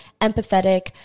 empathetic